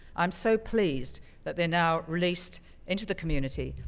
i'm so pleased that they're now released into the community,